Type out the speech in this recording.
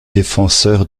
défenseurs